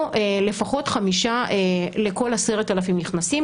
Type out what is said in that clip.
או לפחות חמישה לכל 10,000 נכנסים.